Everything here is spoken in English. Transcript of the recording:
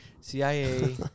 CIA